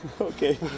Okay